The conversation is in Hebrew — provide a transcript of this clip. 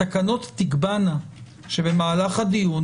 התקנות תקבענה שבמהלך הדיון,